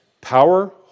power